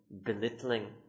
belittling